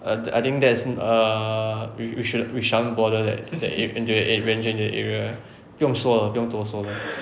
err I think that's err we we should we shall not bother that that area into that venture into that area 不用说了不用多说了